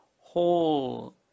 whole